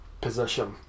position